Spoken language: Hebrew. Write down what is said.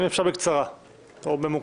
אם אפשר בקצרה ממוקד.